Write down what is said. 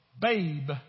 babe